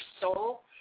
soul